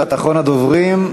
אתה אחרון הדוברים.